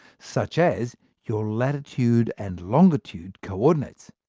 such as your latitude and longitude coordinates.